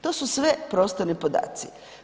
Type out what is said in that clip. To su sve prostorni podaci.